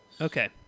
Okay